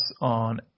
on